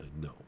No